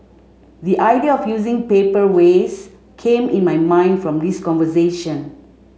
the idea of using paper waste came in my mind from this conversation